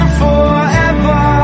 forever